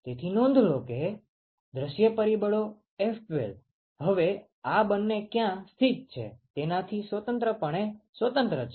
તેથી નોંધ લો કે દૃશ્ય પરિબળો F12 હવે આ બંને ક્યાં સ્થિત છે તેનાથી સંપૂર્ણપણે સ્વતંત્ર છે